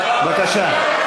בבקשה.